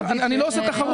אני לא עושה תחרות.